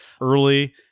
Early